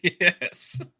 yes